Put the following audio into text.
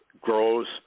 grows